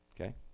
Okay